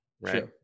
right